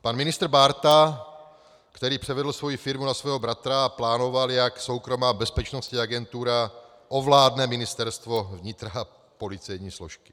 Pan ministr Bárta, který převedl svoji firmu na svého bratra a plánoval, jak soukromá bezpečnostní agentura ovládne Ministerstvo vnitra a policejní složky.